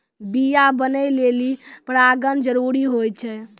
बीया बनै लेलि परागण जरूरी होय छै